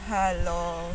hello